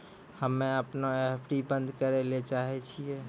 हम्मे अपनो एफ.डी बन्द करै ले चाहै छियै